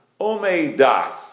omeidas